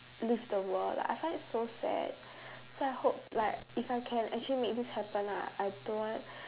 leave the world like I find it so sad so I hope like if I can actually make this happen ah I don't want